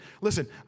Listen